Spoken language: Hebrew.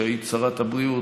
שהיית שרת בריאות,